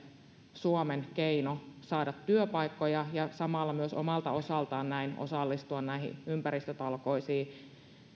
suomen keino saada työpaikkoja ja samalla myös omalta osaltaan näin osallistua ympäristötalkoisiin